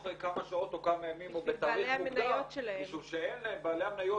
כמה שעות או כמה ימים ובתהליך --- משום שאין להם בעלי מניות